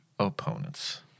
opponents